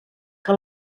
que